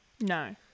No